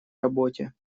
работе